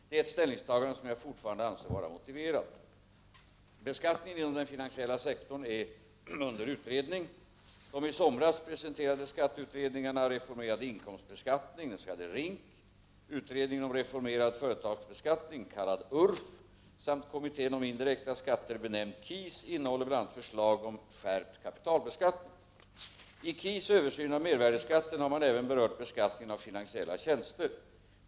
Det är ett ställningstagande som jag fortfarande anser vara motiverat. Beskattningen inom den finansiella sektorn är under utredning. De i somras presenterade skatteutredningarna Reformerad inkomstbeskattning , Utredningen om reformerad företagsbeskattning samt Kommittén om indirekta skatter innehåller bl.a. förslag om skärpt kapitalbeskattning. Inom KIS översyn av mervärdeskatten har man även berört beskattningen av finansiella tjänster.